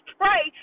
pray